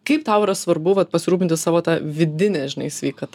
kaip tau yra svarbu vat pasirūpinti savo ta vidine žinai sveikata